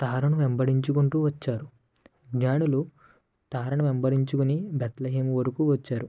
తారను వెంబడించుకుంటూ వచ్చారు జ్ఞానులు తారను వెంబడించుకొని బెత్లహేమ్ వరకు వచ్చారు